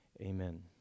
Amen